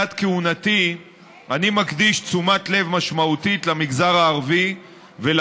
כשאומרת נשיאת בית המשפט העליון שלא על בג"ץ ולא על